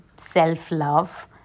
self-love